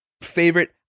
favorite